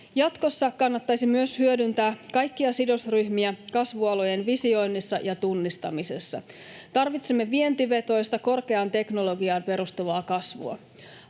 Jatkossa kannattaisi myös hyödyntää kaikkia sidosryhmiä kasvualojen visioinnissa ja tunnistamisessa. Tarvitsemme vientivetoista, korkeaan teknologiaan perustuvaa kasvua.